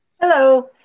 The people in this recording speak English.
Hello